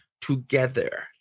together